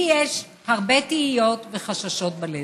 לי יש הרבה תהיות וחששות בלב.